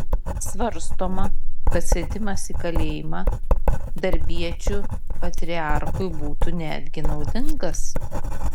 svarstoma kad sėdimas į kalėjimą darbiečių patriarchui būtų netgi naudingas